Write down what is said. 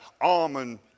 almond